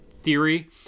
theory